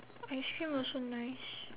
ice cream also nice